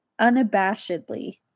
unabashedly